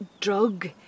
drug